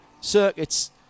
circuits